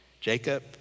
Jacob